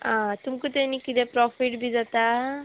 आं तुमकां ते न्ही किदें प्रोफीट बी जाता